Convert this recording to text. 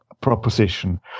proposition